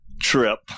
trip